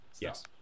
Yes